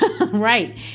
Right